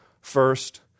first